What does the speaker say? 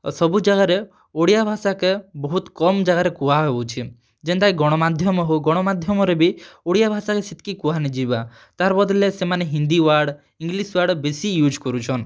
ସବୁ ଜାଗାରେ ଓଡ଼ିଆ ଭାଷାକେ ବହୁତ୍ କମ୍ ଜାଗାରେ କୁହା ହେଉଛେ ଯେନ୍ତା କି ଗଣମାଧ୍ୟମ ହେଉ ଗଣମାଧ୍ୟମରେ ବି ଓଡ଼ିଆ ଭାଷାକେ ସେତ୍କି କୁହା ନାଇ ଯିବାର୍ ତା'ର୍ ବଦଲ୍ରେ ସେମାନେ ହିନ୍ଦୀ ୱାର୍ଡ ଇଂଗ୍ଲୀଶ୍ ୱାର୍ଡ ବେଶୀ ୟୁଜ୍ କରୁଛନ୍